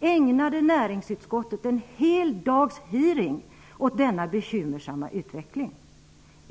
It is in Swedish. ägnade näringsutskottet en hel dags hearing åt denna bekymmersamma utveckling.